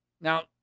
Now